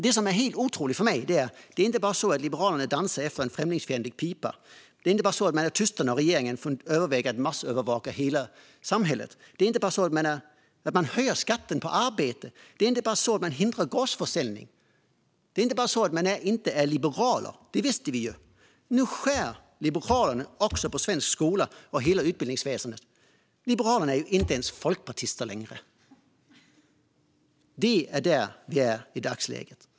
Det som är helt otroligt, enligt mig, är att Liberalerna inte bara dansar efter en främlingsfientlig pipa, är tysta när regeringen överväger att massövervaka hela samhället, höjer skatten på arbete, hindrar gårdsförsäljning och inte är liberaler - det visste vi ju - utan nu också skär i svensk skola och i hela utbildningsväsendet. Liberalerna är ju inte ens folkpartister längre! Det är där vi är i dagsläget.